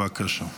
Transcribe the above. בבקשה.